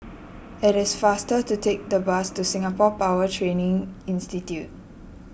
it is faster to take the bus to Singapore Power Training Institute